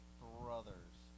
brothers